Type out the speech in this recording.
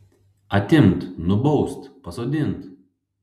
atimt nubaust pasodint